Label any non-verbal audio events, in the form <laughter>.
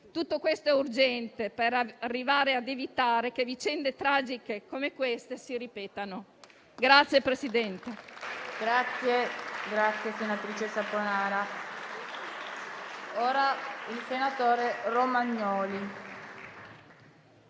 Tutto questo è urgente per arrivare a evitare che vicende tragiche come queste si ripetano. <applause>